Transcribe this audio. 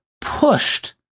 pushed